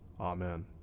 Amen